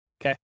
Okay